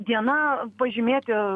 diena pažymėti